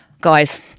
guys